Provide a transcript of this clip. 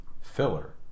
filler